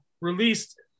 released